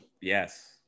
yes